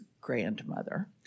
grandmother